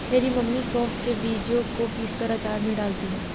मेरी मम्मी सौंफ के बीजों को पीसकर अचार में डालती हैं